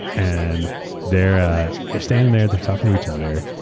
and they're ah they're standing there, they're talking to each other.